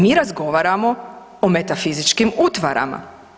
Mi razgovaramo o metafizičkim utvarama.